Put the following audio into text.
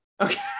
Okay